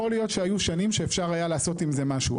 יכול להיות שהיו שנים שהיה אפשר לעשות עם זה משהו.